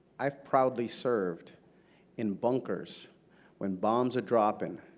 i've proudly served in bunkers when bombs are dropping,